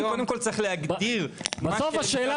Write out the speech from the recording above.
קודם כל צריך להגדיר מה --- בסוף השאלה